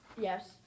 Yes